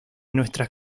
nuestras